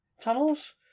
tunnels